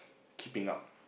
keeping up